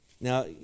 Now